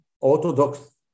orthodox